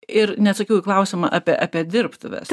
ir neatsakiau į klausimą apie apie dirbtuves